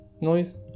noise